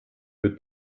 mit